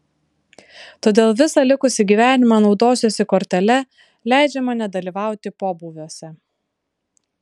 todėl visą likusį gyvenimą naudosiuosi kortele leidžiama nedalyvauti pobūviuose